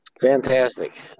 Fantastic